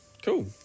Cool